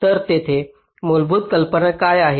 तर तिथे मूलभूत कल्पना काय आहे